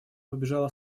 побежала